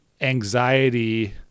anxiety